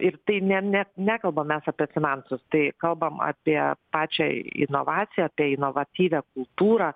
ir tai ne ne nekalbam mes apie finansus tai kalbam apie pačią inovaciją apie inovatyvią kultūrą